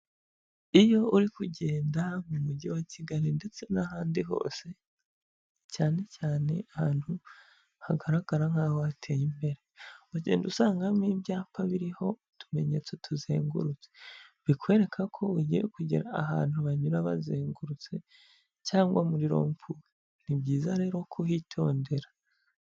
Iyo uri kugenda mu mujyi wa kigali ndetse n'ahandi hose cyane cyane ahantu hagaragara nk'aho hateye imbere, ugenda usangamo ibyapa biriho utumenyetso tuzengurutse bikwereka ko ugiye kugera ahantu banyura bazengurutse cyangwa muri rompuwe. Ni byiza rero kuhitondera.